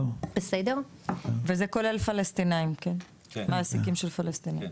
וזה כולל מעסיקים של פלסטינאים.